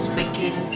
begin